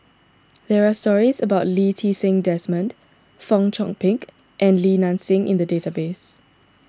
there are stories about Lee Ti Seng Desmond Fong Chong Pik and Li Nanxing in the database